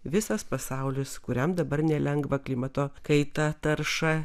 visas pasaulis kuriam dabar nelengva klimato kaita tarša